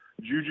Juju